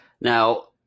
now